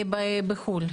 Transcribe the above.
בחו"ל.